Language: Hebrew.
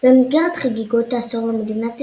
במסגרת חגיגות העשור למדינת ישראל,